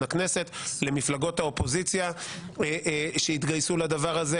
הכנסת; למפלגות האופוזיציה שהתגייסו לדבר הזה